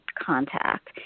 contact